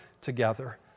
together